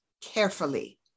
carefully